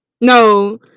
No